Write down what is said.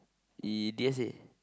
he didn't say